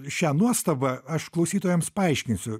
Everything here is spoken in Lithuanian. šią nuostabą aš klausytojams paaiškinsiu